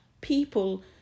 people